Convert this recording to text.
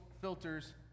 filters